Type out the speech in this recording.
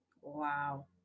Wow